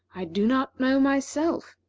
i do not know, myself.